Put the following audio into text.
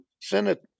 Senate